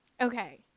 Okay